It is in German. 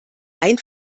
ein